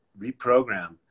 reprogram